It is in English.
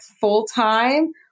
full-time